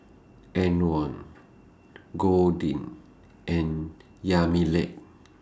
Antwon Goldie and Yamilet